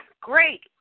great